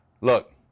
Look